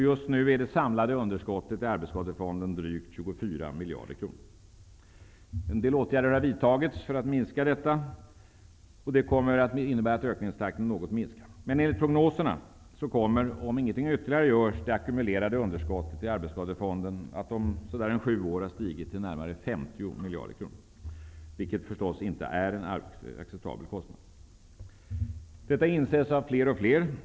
Just nu är det samlade underskottet i arbetsskadefonden drygt 24 En del åtgärder har vidtagits för att minska detta. Det kommer att innebära att ökningstakten minskar något. Men enligt prognoserna kommer, om ingenting ytterligare görs, det ackumulerade underskottet i arbetsskadefonden att om ca 7 år ha stigit till närmare 50 miljarder kronor, vilket förstås inte är en acceptabel kostnad. Detta inses av fler och fler.